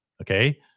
Okay